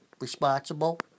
responsible